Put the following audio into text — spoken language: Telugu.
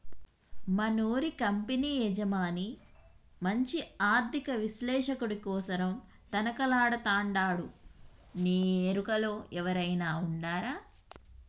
మనూరి కంపెనీ యజమాని మంచి ఆర్థిక విశ్లేషకుడి కోసరం తనకలాడతండాడునీ ఎరుకలో ఎవురైనా ఉండారా